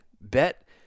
bet